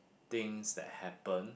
things that happen